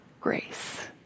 grace